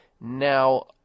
Now